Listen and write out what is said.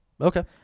Okay